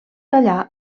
tallar